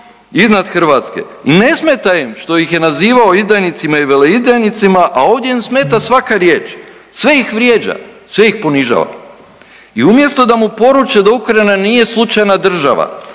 iznad Hrvatske ne smeta im što ih je nazivao izdajnicima i veleizdajnicima, a ovdje im smeta svaka riječ, sve ih vrijeđa, sve ih ponižava. I umjesto da mu poruče da Ukrajina nije slučajna država,